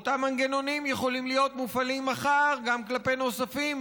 אותם מנגנונים יכולים להיות מופעלים מחר גם כלפי נוספים,